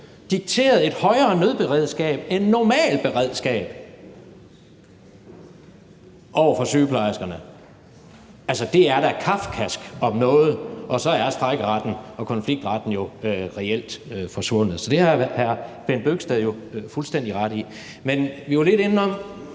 dikteret et højere nødberedskab end normalberedskabet over for sygeplejerskerne. Altså, det er da kafkask om noget. Og så er strejkeretten og konfliktretten jo reelt forsvundet. Så det har hr. Bent Bøgsted jo fuldstændig ret i. Men vi var lidt inde på